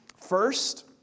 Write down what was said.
First